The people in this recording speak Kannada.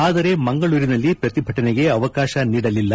ಆದರೆ ಮಂಗಳೂರಿನಲ್ಲಿ ಪ್ರತಿಭಟನೆಗೆ ಅವಕಾಶ ನೀಡಲಿಲ್ಲ